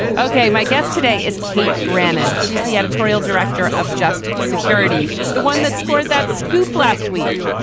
ok. my guest today is kate brannon. she's the editorial director of just security. the one that scored that scoop last week.